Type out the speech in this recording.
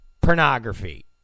pornography